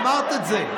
תודה, אמרת את זה.